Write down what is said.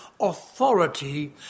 authority